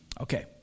Okay